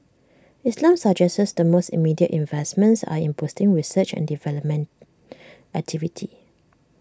islam suggests the most immediate investments are in boosting research and development activity